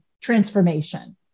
transformation